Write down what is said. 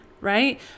right